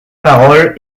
parole